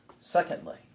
secondly